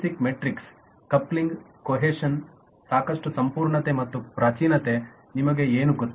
basic metrics coupling cohesion ಸಾಕಷ್ಟು ಸಂಪೂರ್ಣತೆ ಮತ್ತು ಪ್ರಾಚೀನತೆ ನಿಮಗೆ ಏನು ಗೊತ್ತು